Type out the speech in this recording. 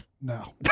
No